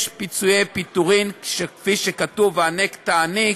יש פיצויי פיטורין, כפי שכתוב: "העניק תעניק"